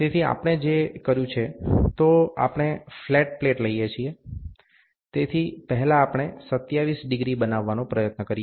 તેથી આપણે જે કર્યું છે તો આપણે ફ્લેટ પ્લેટ લઈએ છીએ તેથી પહેલા આપણે 27° બનાવવાનો પ્રયત્ન કરીએ